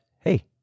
hey